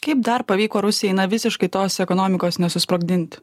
kaip dar pavyko rusijai na visiškai tos ekonomikos nesusprogdinti